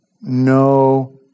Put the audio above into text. No